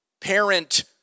parent